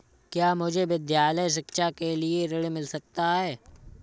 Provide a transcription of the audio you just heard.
क्या मुझे विद्यालय शिक्षा के लिए ऋण मिल सकता है?